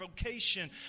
vocation